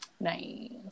Nice